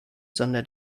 sondern